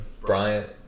Bryant